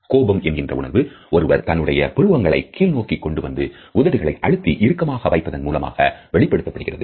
கோபம் என்கிற உணர்வு ஒருவர் தன்னுடைய புருவங்களை கீழ் நோக்கி கொண்டு வந்து உதடுகளை அழுத்தி இருக்கமாக வைப்பதின் மூலம் வெளிப்படுத்தப்படுகிறது